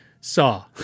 saw